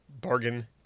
Bargain